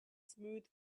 smooth